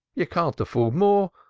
you can't afford more?